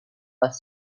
bus